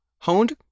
honed